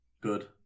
Good